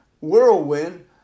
whirlwind